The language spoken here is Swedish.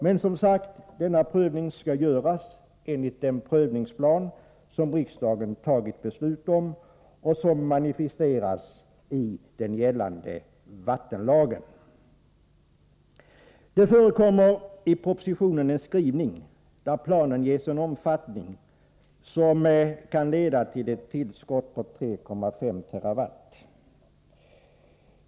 Men, som sagt, denna prövning skall göras enligt den prövningsplan som riksdagen fattat beslut om och som manifesteras i den gällande vattenlagen. Det förekommer i propositionen en skrivning om att planen bör ges en omfattning som kan leda till ett tillskott på 3,5 TWh/år.